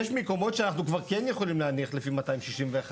יש מקומות שאנחנו כבר כן יכולים להניח לפי 261(ד).